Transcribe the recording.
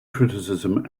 criticism